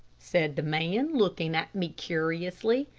said the man, looking at me curiously.